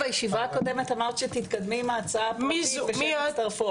בישיבה הקודמת אמרת שתתקדמי עם ההצעה הפרטית ושהם יצטרפו.